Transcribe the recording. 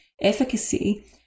efficacy